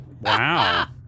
wow